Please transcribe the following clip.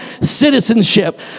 citizenship